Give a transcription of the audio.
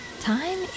Time